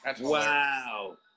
Wow